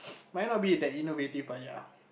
might not be at innovative but ya